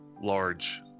large